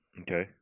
Okay